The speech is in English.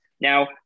Now